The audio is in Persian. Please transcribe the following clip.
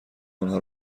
آنها